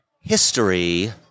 History